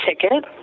ticket